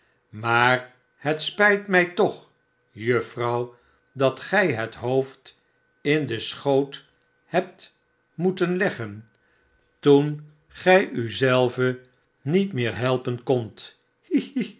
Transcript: maar het spijt mij toch juffrouw dat gij het hoofd in den schoot hebt moeten leggen toen barnaby rudge gij u zelve niet meer helpen kondt